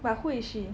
but who is she